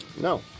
no